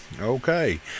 Okay